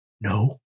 No